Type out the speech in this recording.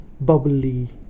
Bubbly